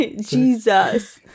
Jesus